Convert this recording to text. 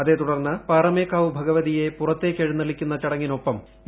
അതേതുടർന്ന് പാറമേക്കാവ് ഭഗവതിയെ പുറത്തേക്കെഴുന്നള്ളിക്കുന്ന ചടങ്ങിനൊപ്പ്രു